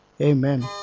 amen